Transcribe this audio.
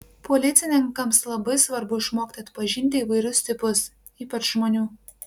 policininkams labai svarbu išmokti atpažinti įvairius tipus ypač žmonių